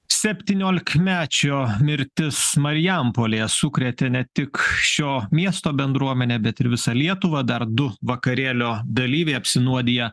septyniolikmečio mirtis marijampolėje sukrėtė ne tik šio miesto bendruomenę bet ir visą lietuvą dar du vakarėlio dalyviai apsinuodiję